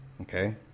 Okay